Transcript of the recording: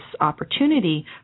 opportunity